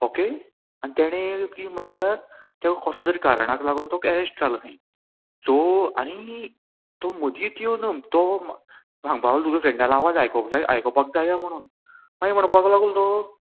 okay आनी तेणे किदें म्हणल्यार ताका कसलो तरी कारणाक लागोन तो एरेस्ट जालो खंय सो आनी तो मदींच येवन तो सांगपा लागलो तुज्या फ्रेंडालो आवाज आयकोंक जाय आयकोपाक जाय काय म्हणून मागीर म्हणपाक लागोन तो